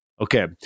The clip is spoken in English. Okay